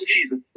Jesus